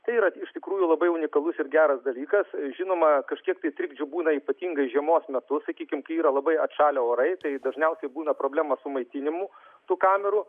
tai yra iš tikrųjų labai unikalus ir geras dalykas žinoma kažkiek tai trikdžių būna ypatingai žiemos metu sakykim kai yra labai atšalę orai tai dažniausiai būna problema su maitinimu tų kamerų